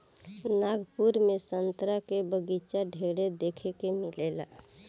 नागपुर में संतरा के बगाइचा ढेरे देखे के मिलेला